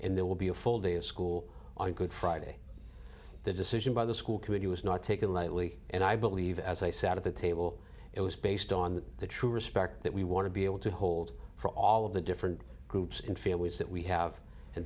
and there will be a full day of school on good friday the decision by the school committee was not taken lightly and i believe as i sat at the table it was based on the true respect that we want to be able to hold for all of the different groups in families that we have and